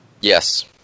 Yes